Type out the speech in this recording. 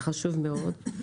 זה חשוב מאוד.